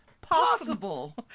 Possible